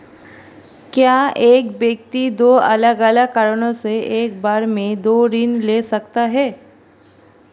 क्या एक व्यक्ति दो अलग अलग कारणों से एक बार में दो ऋण ले सकता है?